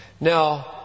Now